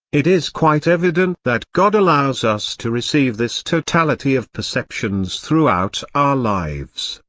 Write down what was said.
it is quite evident that god allows us to receive this totality of perceptions throughout our lives.